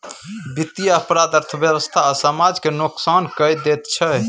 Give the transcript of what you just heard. बित्तीय अपराध अर्थव्यवस्था आ समाज केँ नोकसान कए दैत छै